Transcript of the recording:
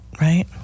right